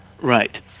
right